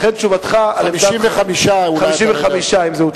55. אולי אתה לא יודע.